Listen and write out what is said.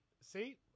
See